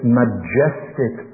majestic